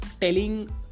telling